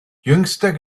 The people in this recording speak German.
jüngster